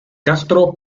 castro